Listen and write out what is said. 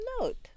note